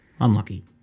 Unlucky